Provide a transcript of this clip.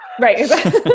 Right